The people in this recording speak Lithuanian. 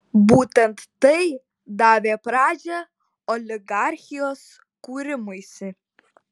būtent tai davė pradžią oligarchijos kūrimuisi